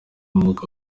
ubumuga